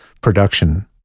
production